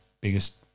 biggest